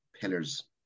pillars